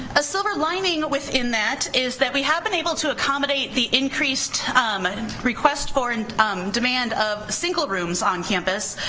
a silver lining within that is that we have been able to accommodate the increased um and and request for and demand of single rooms on campus,